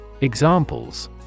Examples